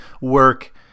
work